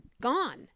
Gone